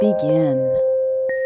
begin